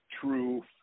true